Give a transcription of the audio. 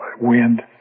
wind